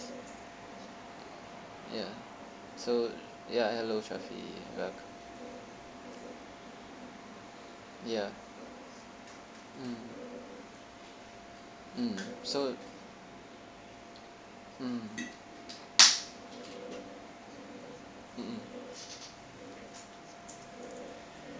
ya so ya hello syafie welcome ya mm mm so mm mmhmm